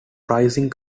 pricing